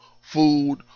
Food